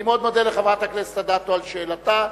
אני מאוד מודה לחברת הכנסת אדטו על שאלתה.